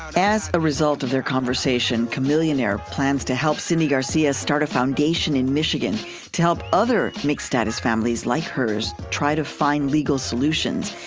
as a result of their conversation, chamillionaire plans to help cindy garcia start a foundation in michigan to help other mixed-status families like hers try to find legal solutions.